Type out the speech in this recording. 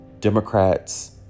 democrats